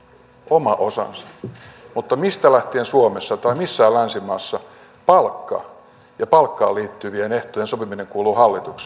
oma osansa mutta mistä lähtien suomessa tai missään länsimaassa palkka ja palkkaan liittyvien ehtojen sopiminen kuuluu hallitukselle